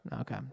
Okay